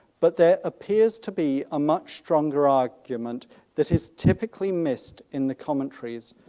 but there appears to be a much stronger argument that is typically missed in the commentaries.